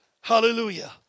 Hallelujah